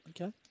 okay